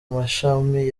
mashami